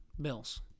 Bills